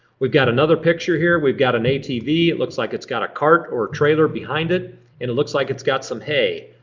we've got another picture here. we've got an atv. it looks like it's got a cart or a trailer behind it and it looks like it's got some hay.